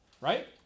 right